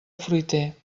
fruiter